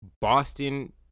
Boston